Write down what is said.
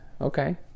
Okay